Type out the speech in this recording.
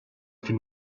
for